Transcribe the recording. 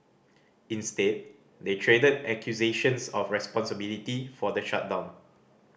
instead they traded accusations of responsibility for the shutdown